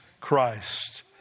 Christ